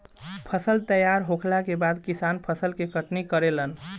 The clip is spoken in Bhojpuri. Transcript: फसल तैयार होखला के बाद किसान फसल के कटनी करेलन